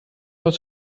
aus